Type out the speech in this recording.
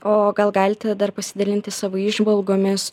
o gal galite dar pasidalinti savo įžvalgomis